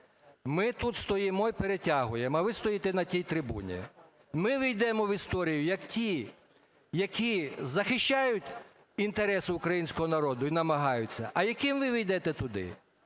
ми тут стоїмо і перетягуємо, а ви стоїте на тій трибуні, ми увійдемо в історію, як ті, які захищають інтереси українського народу і намагаються, а яким ви увійдете туди,